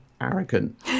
arrogant